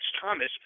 Thomas